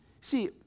See